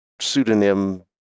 pseudonym